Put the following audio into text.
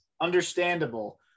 Understandable